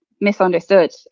misunderstood